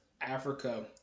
africa